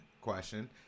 question